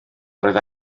oedd